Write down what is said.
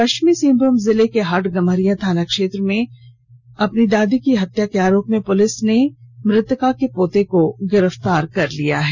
पश्चिमी सिंहभूम जिले के हाटगम्हरिया थाना क्षेत्र में दादी की हत्या के आरोप में पुलिस ने मृतका के पोते को ही गिरफतार कर लिया है